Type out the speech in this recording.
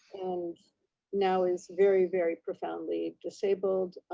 and now is very, very profoundly disabled,